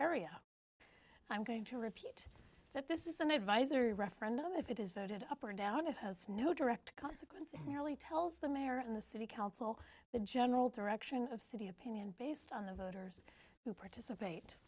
area i'm going to repeat that this is an advisory referendum if it is voted up or down it has no direct consequence merely tells the mayor and the city council the general direction of city opinion based on the voters who participate